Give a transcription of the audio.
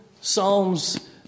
Psalms